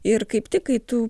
ir kaip tik kai tu